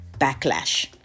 backlash